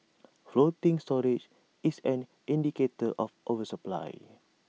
floating storage is an indicator of oversupply